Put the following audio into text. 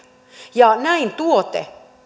ja näin tuote